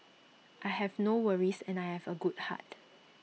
I have no worries and I have A good heart